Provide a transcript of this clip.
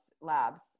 labs